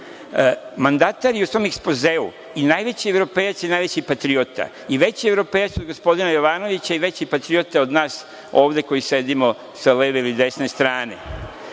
Mandatar je u svom ekspozeu i najveći evropejac i najveći patriota i veći evropejac od gospodina Jovanovića i veći patriota od nas ovde koji sedimo sa leve ili desne strane. Nevolja